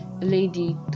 lady